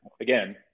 again